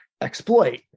exploit